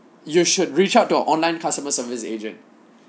you should reach out to online customer service agent